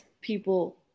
people